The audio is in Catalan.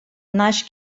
naix